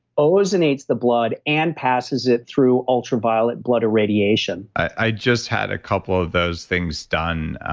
ozonates the blood, and passes it through ultraviolet blood irradiation i just had a couple of those things done